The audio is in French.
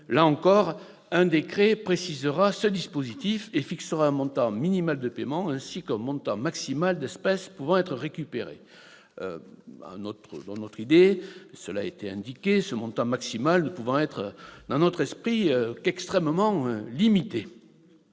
Là encore, un décret précisera ce dispositif et fixera un montant minimal de paiement ainsi qu'un montant maximal d'espèces pouvant être récupérées. Ce montant maximal ne peut être, dans notre esprit, qu'extrêmement limité.